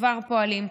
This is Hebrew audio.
וכבר פועלים,